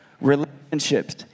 Relationships